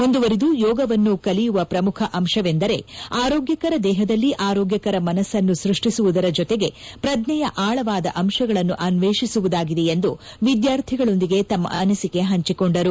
ಮುಂದುವರಿದು ಯೋಗವನ್ನು ಕಲಿಯುವ ಪ್ರಮುಖ ಅಂಶವೆಂದರೆ ಆರೋಗ್ಯಕರ ದೇಹದಲ್ಲಿ ಆರೋಗ್ಯಕರ ಮನಸ್ಪನ್ನು ಸೃಷ್ಟಿಸುವುದರ ಜತೆಗೆ ಪ್ರಜ್ಞೆಯ ಆಳವಾದ ಅಂಶಗಳನ್ನು ಅನ್ವೇಷಿಸುವುದಾಗಿದೆ ಎಂದು ವಿದ್ಯಾರ್ಥಿಗಳೊಂದಿಗೆ ತಮ್ಮ ಅನಿಸಿಕೆ ಹಂಚಿಕೊಂಡರು